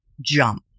jump